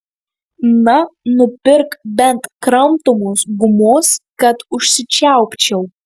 na nupirk bent kramtomos gumos kad užsičiaupčiau